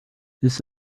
this